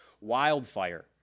wildfire